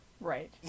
Right